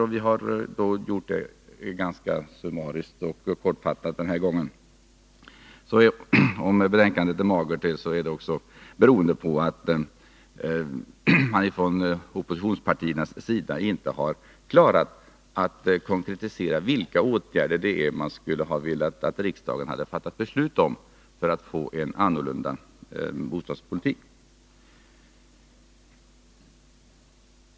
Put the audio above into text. Vi har den här gången gjort det ganska summariskt och kortfattat. Om betänkandet är magert är det alltså också beroende på att man från oppositionspartiernas sida inte har klarat av att konkretisera vilka åtgärder man vill att riksdagen skall fatta beslut om för att få en annorlunda bostadspolitik.